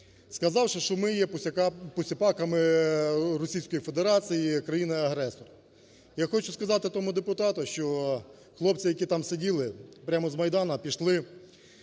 Сказавши, що ми є посіпаками Російської Федерації, країни-агресора. Я хочу сказати тому депутату, що хлопці, які там сиділи, прямо з Майдану пішли